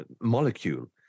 molecule